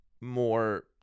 more